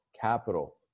capital